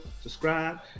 subscribe